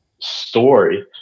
story